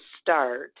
start